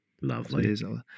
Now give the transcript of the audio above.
Lovely